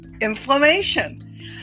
inflammation